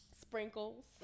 sprinkles